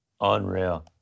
Unreal